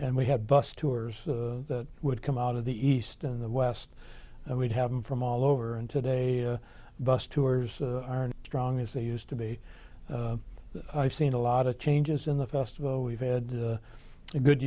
and we have bus tours that would come out of the east and the west and we'd have them from all over and today a bus tours aren't strong as they used to be i've seen a lot of changes in the festival we've had